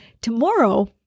tomorrow